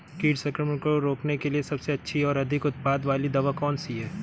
कीट संक्रमण को रोकने के लिए सबसे अच्छी और अधिक उत्पाद वाली दवा कौन सी है?